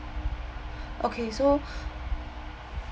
okay so